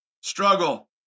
struggle